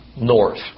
north